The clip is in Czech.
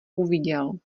uviděl